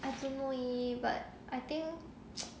I don't know leh but I think